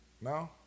No